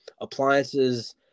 appliances